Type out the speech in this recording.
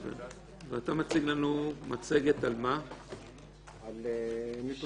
על מה המצגת?